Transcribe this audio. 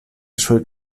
schuld